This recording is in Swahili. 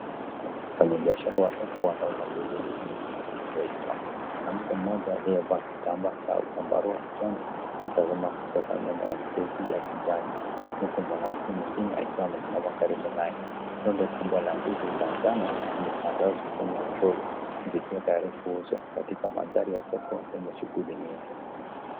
Wanabiashara wa soko wanauza ndizi nyingi zilizoiva, mwanamke mmoja aliyevaa kitambaa cha zambarao kichwani anatazama kutoka nyuma ya kreti ya kijani huku mwanamke mwingine akiwa amesimama karibu naye. Rundo kubwa la ndizi la njano zimetandazwa mbele ya troli zikiwa tayari kuuzwa katika mandhari ya soko yenye shughuli nyingi.